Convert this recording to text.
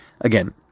again